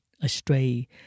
astray